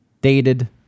dated